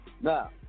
Now